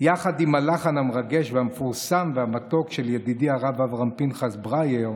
יחד עם הלחן המרגש והמפורסם והמתוק של ידידי הרב אברהם פנחס ברייער,